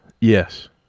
Yes